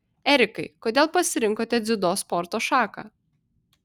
erikai kodėl pasirinkote dziudo sporto šaką